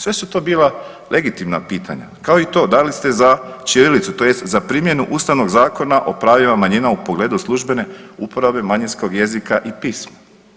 Sve su to bila legitimna pitanja, kao i to da li ste za ćirilicu tj. za primjenu Ustavnog zakona o pravima manjina u pogledu službene uporabe manjinskog jezika i pisma.